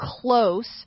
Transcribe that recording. close